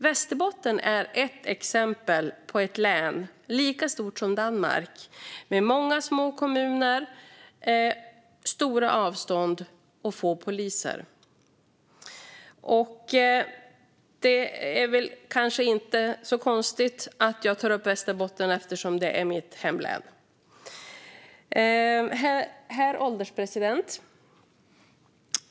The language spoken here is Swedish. Västerbotten är ett exempel på ett län, lika stort som Danmark, med många små kommuner, stora avstånd och få poliser. Det är kanske inte så konstigt att jag tar upp Västerbotten eftersom det är mitt hemlän. Herr ålderspresident!